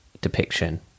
depiction